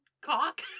cock